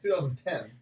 2010